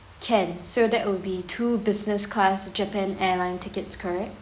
can so that would be two business class japan airline tickets correct